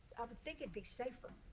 i would think it'd be safer.